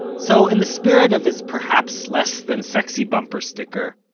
and so in the spirit of his perhaps-less-than-sexy bumper sticker,